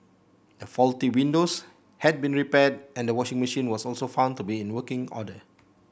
the faulty windows had been repaired and the washing machine was also found to be in working order